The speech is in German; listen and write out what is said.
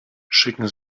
schicken